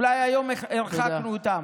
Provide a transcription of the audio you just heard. אולי היום הרחקנו אותם.